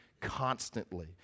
constantly